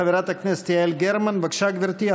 חברת הכנסת יעל גרמן, בבקשה, גברתי.